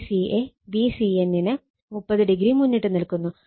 Vca Vcn നെ 30o മുന്നിട്ട് നിൽക്കുന്നു